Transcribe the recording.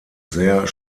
sehr